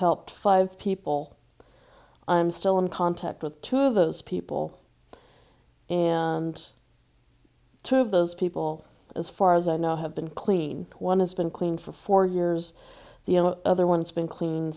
helped five people i'm still in contact with two of those people and two of those people as far as i know have been clean one has been clean for four years the other one's been clean